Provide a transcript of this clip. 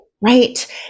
right